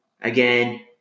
again